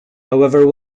however